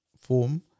form